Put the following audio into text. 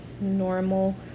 normal